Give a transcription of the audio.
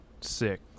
sick